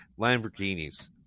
Lamborghinis